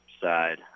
side